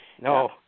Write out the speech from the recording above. No